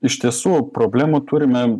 iš tiesų problemų turime